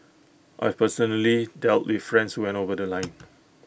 I've personally dealt the friends went over The Line